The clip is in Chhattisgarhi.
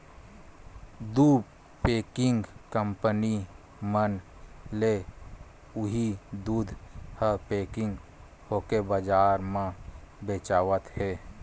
दू पेकिंग कंपनी मन ले उही दूद ह पेकिग होके बजार म बेचावत हे